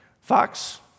Fox